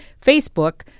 Facebook